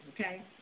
okay